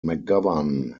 mcgovern